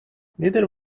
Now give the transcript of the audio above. neither